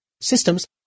Systems